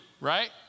right